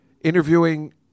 interviewing